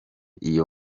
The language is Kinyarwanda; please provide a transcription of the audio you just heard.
iyo